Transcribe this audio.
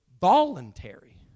voluntary